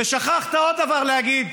ושכחת עוד דבר להגיד,